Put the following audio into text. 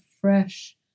fresh